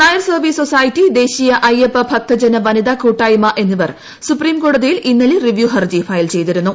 Nair service society ദേശീയ അയ്യപ്പ ഭക്തജന വനിതാ കൂട്ടായ്മ എന്നിവർ സുപ്രീംകോടതിയിൽ ഇന്നലെ റിവ്യൂ ഹർജി ഫയൽ ചെയ്തിരുന്നു